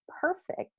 perfect